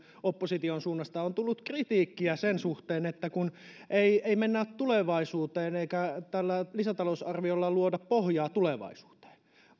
opposition suunnasta on tullut kritiikkiä sen suhteen että ei ei mennä tulevaisuuteen eikä tällä lisätalousarviolla luoda pohjaa tulevaisuuteen